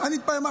אני אתפלל.